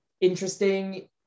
interesting